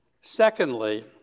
Secondly